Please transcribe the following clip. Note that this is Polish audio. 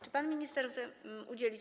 Czy pan minister chce udzielić.